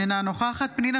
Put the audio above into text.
אינה נוכחת פנינה